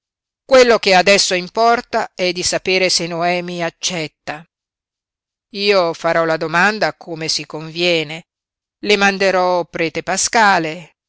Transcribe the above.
quello che adesso importa è di sapere se noemi accetta io farò la domanda come si conviene le manderò prete paskale